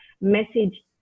message